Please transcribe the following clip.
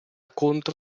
contro